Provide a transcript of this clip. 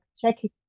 checking